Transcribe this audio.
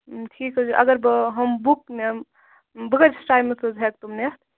ٹھیٖک حظ چھُ اگر بہٕ ہُم بُک نِمہٕ بہٕ کۭتِس ٹایِمَس منٛز ہیکہٕ تِم نِتھٕ